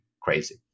crazy